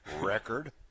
Record